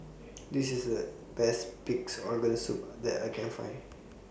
This IS The Best Pig'S Organ Soup that I Can Find